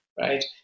right